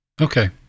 okay